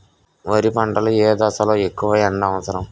వరి పంట లో ఏ దశ లొ ఎక్కువ ఎండా అవసరం?